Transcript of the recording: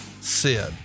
Sid